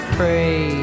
pray